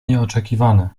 nieoczekiwane